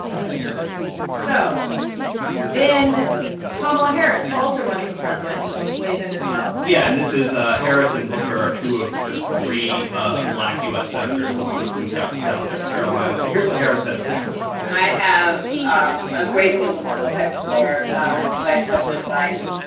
essentially so then kamala harris, also running for president, weighs in, as well yeah. and this is ah harris and booker are two of just three ah black u s. senators, along with tim scott from south so carolina. so here's what harris said at the capitol i have um a great deal of respect for vice president biden.